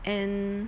and